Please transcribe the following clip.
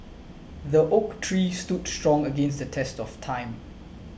the oak tree stood strong against the test of time